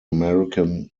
american